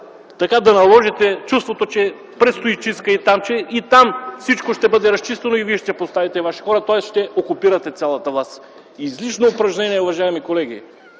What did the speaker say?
да наложите чувството, че предстои чистка и там - че и там всичко ще бъде разчистено и вие ще поставите ваши хора, тоест ще окупирате цялата власт? Излишно упражнение, уважаеми колеги!